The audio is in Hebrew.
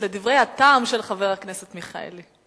לדברי הטעם של חבר הכנסת מיכאלי.